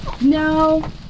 No